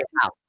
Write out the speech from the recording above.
house